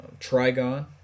trigon